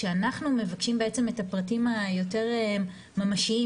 כשאנחנו מבקשים את הפרטים היותר ממשיים